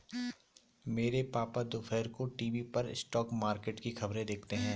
मेरे पापा दोपहर को टीवी पर स्टॉक मार्केट की खबरें देखते हैं